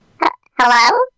Hello